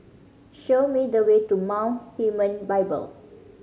show me the way to Mount Hermon Bible